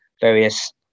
various